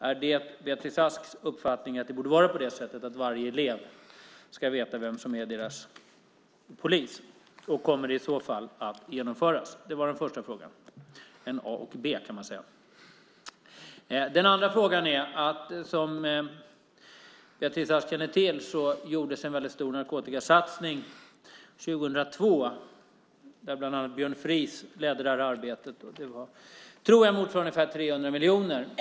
Är det Beatrice Asks uppfattning att det borde vara på det sättet att varje elev ska veta vem som är deras polis? Och kommer det i så fall att genomföras? Det var den första frågan - det var en a och en b-fråga, kan man säga. Sedan är det den andra frågan. Som Beatrice Ask känner till gjordes det en väldigt stor narkotikasatsning 2002. Det var bland annat Björn Fries som ledde det arbetet. Och det var, tror jag, motsvarande ungefär 300 miljoner.